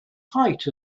height